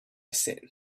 said